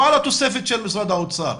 לא על התוספת של משרד האוצר.